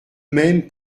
même